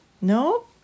no